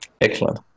Excellent